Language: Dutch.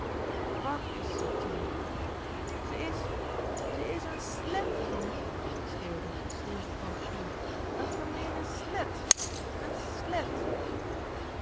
wat is ze tien ze is ze is een slèt rien schreeuwde schril tante tien een gemeene slèt een slet